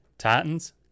titans